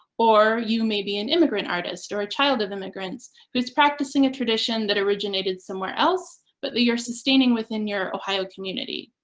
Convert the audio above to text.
or you may be an immigrant artist or a child of immigrants who's practicing a tradition that originated somewhere else but you're sustaining within your ohio community,